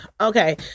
okay